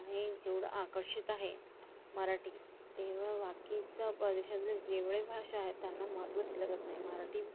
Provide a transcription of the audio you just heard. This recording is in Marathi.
हे जेवढं आकर्षित आहे मराठी तेवढं बाकीचं प्रदेशातले जेवढे भाषा आहे त्यांना महत्त्व दिलं जात नाही मराठी